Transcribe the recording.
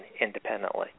independently